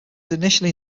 initially